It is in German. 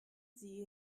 sie